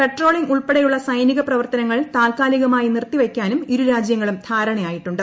patrolling ഉൾപ്പെടെയുള്ള സൈനിക് പ്രവർത്തനങ്ങൾ താത്കാലികമായി നിർത്തി വയ്ക്കാനും ഇരു രാജ്യങ്ങളും ധാരണയായിട്ടുണ്ട്